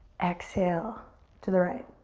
exhale to the right.